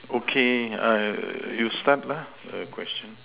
okay uh you start lah the question